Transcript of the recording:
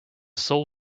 soul